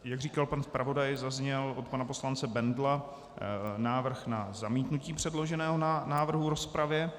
Jak říkal pan zpravodaj, zazněl od pana poslance Bendla návrh na zamítnutí předloženého návrhu v rozpravě.